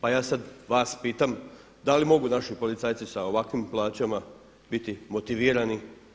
Pa ja sada vas pitam da li mogu naši policajci sa ovakvim plaćama biti motivirani?